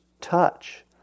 touch